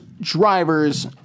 drivers